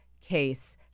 case